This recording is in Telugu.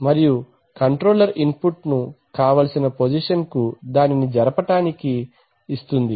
మరియు కంట్రోలర్ ఇన్ పుట్ ను కావలసిన పొజిషన్ కు జరపడానికి ఇస్తుంది